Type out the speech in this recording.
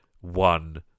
One